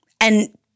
And-